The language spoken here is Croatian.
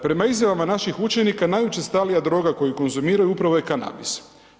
Prema izjavama naših učenika najučestalija droga koju konzumiraju upravo je kanabis.